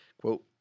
quote